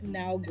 now